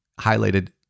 highlighted